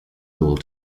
rule